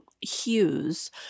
hues